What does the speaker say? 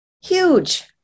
Huge